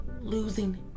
losing